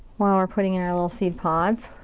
while we're putting in our little seed pods.